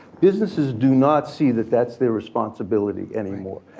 businesses do not see that that's their responsibility anymore.